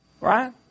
Right